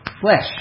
flesh